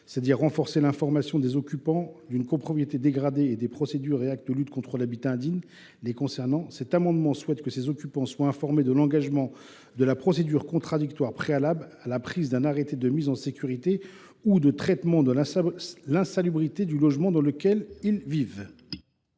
à savoir renforcer l’information des occupants d’une copropriété dégradée sur les procédures et actes de lutte contre l’habitat indigne les concernant, nous souhaitons que ces derniers soient informés de l’engagement de la procédure contradictoire préalable à la prise d’un arrêté de mise en sécurité ou de traitement de l’insalubrité du logement dans lequel ils vivent.